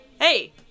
hey